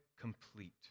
complete